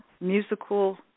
musical